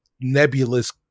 nebulous